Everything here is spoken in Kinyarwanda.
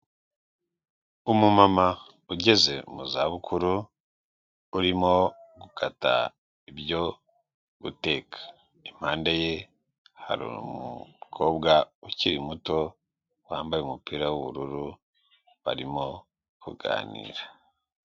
Umumama ugeze mu zabukuru urimo gukata ibyo guteka, impande ye hari ukobwa ukiri muto wambaye umupira w'ubururu barimo kuganira.